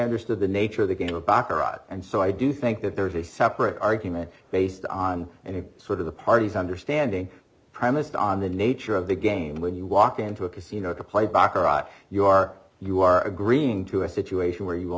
understood the nature of the game of baccarat and so i do think that there is a separate argument based on any sort of the party's understanding premised on the nature of the game when you walk into a casino to play baccarat you are you are agreeing to a situation where you will